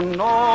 no